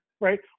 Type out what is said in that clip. right